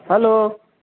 hello